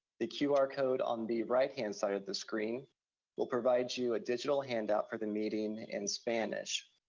the qr code on the right-hand side of the screen will provide you a digital handout for the meeting in spanish.